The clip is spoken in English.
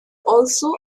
also